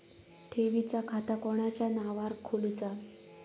ठेवीचा खाता कोणाच्या नावार खोलूचा?